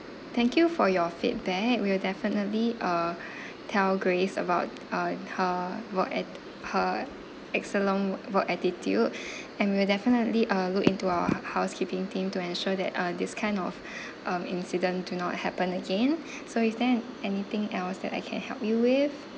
thank you for your feedback we will definitely uh tell grace about um her work at her excellent w~ work attitude and we'll definitely uh look into our h~ housekeeping team to ensure that uh this kind of um incident do not happen again so is there anything else that I can help you with